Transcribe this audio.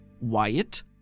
Wyatt